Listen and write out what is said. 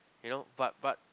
you know but but